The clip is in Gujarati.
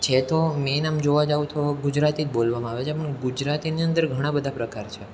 છે તો મેન આમ જોવા જાઓ તો ગુજરાતી જ બોલવામાં આવે છે પણ ગુજરાતીની અંદર ઘણા બધા પ્રકાર છે